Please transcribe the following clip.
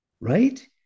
right